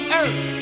earth